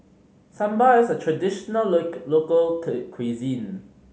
sambar is a traditional local cuisine